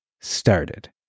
started